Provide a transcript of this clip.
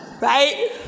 Right